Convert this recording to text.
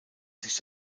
sich